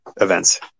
events